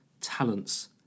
talents